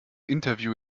interview